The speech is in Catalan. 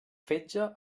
fetge